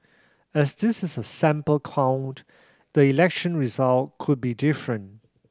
as this is a sample count the election result could be different